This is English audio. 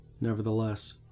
Nevertheless